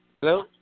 Hello